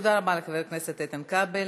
תודה רבה לחבר הכנסת איתן כבל.